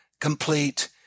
complete